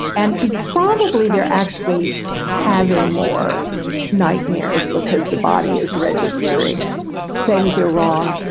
and probably they're actually having more nightmares because the body is registering things are wrong,